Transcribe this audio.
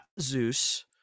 zeus